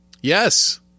yes